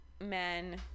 men